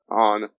on